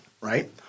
right